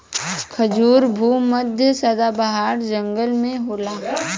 खजूर भू मध्य सदाबाहर जंगल में होला